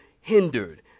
hindered